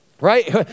Right